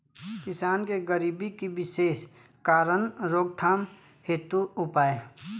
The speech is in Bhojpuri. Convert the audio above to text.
किसान के गरीबी के विशेष कारण रोकथाम हेतु उपाय?